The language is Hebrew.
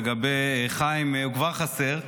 לגבי חיים, הוא כבר חסר.